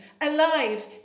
alive